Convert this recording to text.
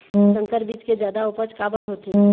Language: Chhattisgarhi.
संकर बीज के जादा उपज काबर होथे?